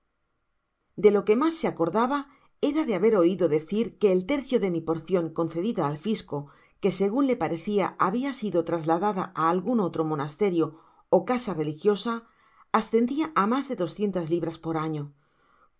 de lo que mas se acordaba era de haber oido decir que el tercio de mi porcion concedida al fisco que segun le parecia habia sido trasladada á algun otro monasterio ó casa religiosa ascendia á mas de doscientas libras por ano con